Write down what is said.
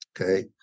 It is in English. Okay